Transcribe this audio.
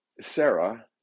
Sarah